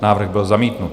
Návrh byl zamítnut.